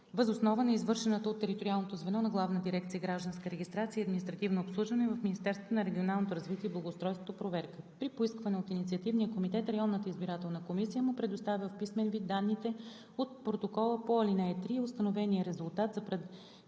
въз основа на извършената от териториалното звено на Главна дирекция „Гражданска регистрация и административно обслужване“ в Министерството на регионалното развитие и благоустройството проверка. При поискване от инициативния комитет районната избирателна комисия му предоставя в писмен вид данните от протокола по ал. 3 и установения резултат за представените